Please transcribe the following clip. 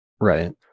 Right